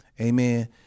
amen